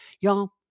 Y'all